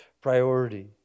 priority